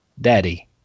Daddy